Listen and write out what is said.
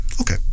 okay